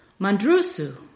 Mandrusu